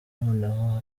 noneho